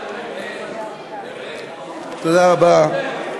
תודה רבה.